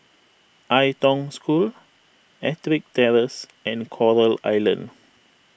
Ai Tong School Ettrick Terrace and Coral Island